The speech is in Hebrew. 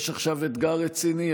יש עכשיו אתגר רציני,